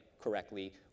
correctly